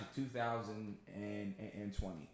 2020